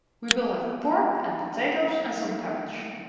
we will have pork and potatoes and some cabbage.